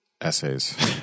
essays